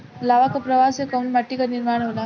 लावा क प्रवाह से कउना माटी क निर्माण होला?